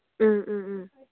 ꯎꯝ ꯎꯝ ꯎꯝ